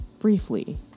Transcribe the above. briefly